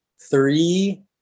Three